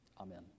Amen